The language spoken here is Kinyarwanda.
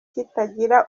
kitagira